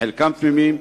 שחלקם תמימים,